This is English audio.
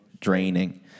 draining